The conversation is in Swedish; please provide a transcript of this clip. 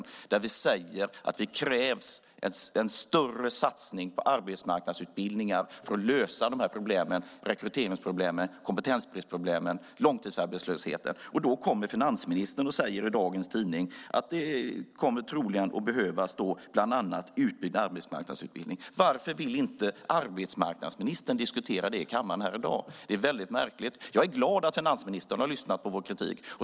Vi säger att det krävs en större satsning på arbetsmarknadsutbildningar för att lösa de här problemen, rekryteringsproblemen, kompetensbristproblemen och långtidsarbetslösheten. Då säger finansministern i dagens tidning att det troligen kommer att behövas bland annat en utbyggd arbetsmarknadsutbildning. Varför vill inte arbetsmarknadsministern diskutera det i kammaren i dag? Det är märkligt. Jag är glad över att finansministern har lyssnat på vår kritik.